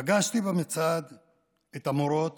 פגשתי במצעד את המורות